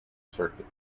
circuit